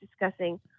discussing